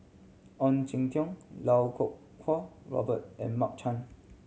Ong Jin Teong Iau Kuo Kwong Robert and Mark Chan